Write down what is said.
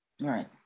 Right